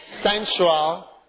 sensual